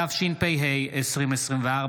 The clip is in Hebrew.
התשפ"ה 2024,